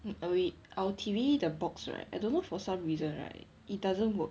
err we our T_V the box right I don't know for some reason right it doesn't work